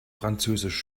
französisch